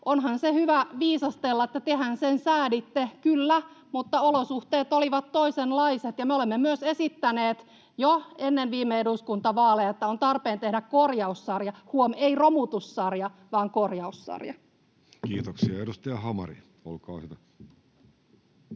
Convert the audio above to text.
Onhan se hyvä viisastella, että tehän sen sääditte. Kyllä, mutta olosuhteet olivat toisenlaiset, ja me olemme myös esittäneet jo ennen viime eduskuntavaaleja, että on tarpeen tehdä korjaussarja — huom. ei romutussarja, vaan korjaussarja. Kiitoksia. — Edustaja Hamari, olkaa hyvä.